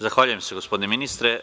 Zahvaljujem se, gospodine ministre.